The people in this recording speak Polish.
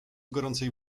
gorącej